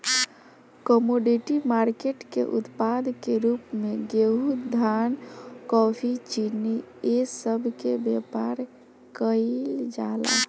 commodity market के उत्पाद के रूप में गेहूं धान कॉफी चीनी ए सब के व्यापार केइल जाला